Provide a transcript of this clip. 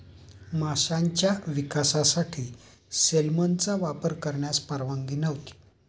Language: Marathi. माशांच्या विकासासाठी सेलमनचा वापर करण्यास परवानगी नव्हती